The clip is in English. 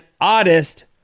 oddest